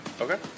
Okay